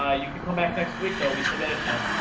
ah you could come back next week, though. we still got a show.